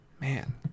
Man